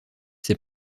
ses